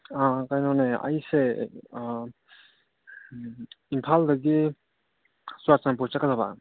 ꯑ ꯀꯩꯅꯣꯅꯦ ꯑꯩꯁꯦ ꯏꯝꯐꯥꯜꯗꯒꯤ ꯆꯨꯔꯆꯥꯟꯄꯨꯔ ꯆꯠꯀꯗꯕ